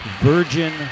Virgin